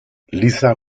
lisa